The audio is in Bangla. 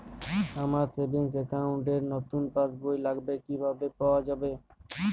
আমার সেভিংস অ্যাকাউন্ট র নতুন পাসবই লাগবে, কিভাবে পাওয়া যাবে?